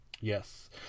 yes